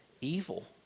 evil